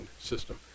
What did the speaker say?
system